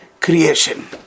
creation